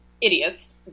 idiots